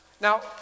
Now